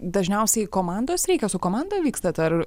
dažniausiai komandos reikia su komanda vykstat ar